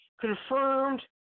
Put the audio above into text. confirmed